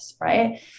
right